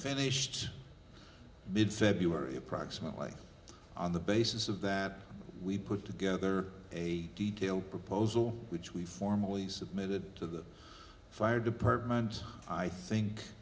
finished mid february approximately on the basis of that we put together a detailed proposal which we formally submitted to the fire department i think